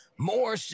More